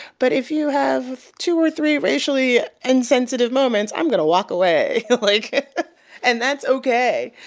but if you have two or three racially insensitive moments, i'm going to walk away. like and that's okay.